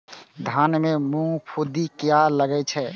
धान में फूफुंदी किया लगे छे?